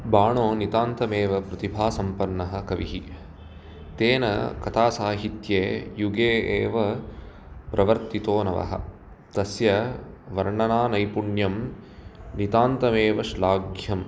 बाणो नितान्तमेव प्रतिभासम्पन्नः कविः तेन कथासाहित्ये युगे एव प्रवर्तितो नवः तस्य वर्णनानैपुण्यं नितान्तमेव श्लाघ्यम्